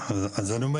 אני אעשה, כי לא הייתי.